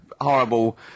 horrible